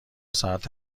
ساعت